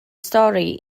stori